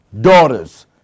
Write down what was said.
daughters